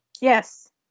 Yes